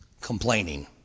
complaining